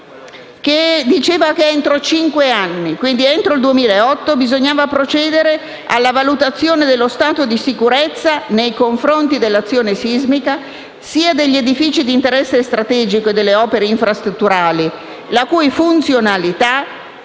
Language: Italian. che stabiliva che, entro cinque anni, e quindi entro il 2008, bisognava procedere alla valutazione dello stato di sicurezza nei confronti dell'azione sismica sia degli edifici di interesse strategico e delle opere infrastrutturali, la cui funzionalità